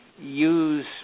use